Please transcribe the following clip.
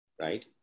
right